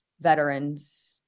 veterans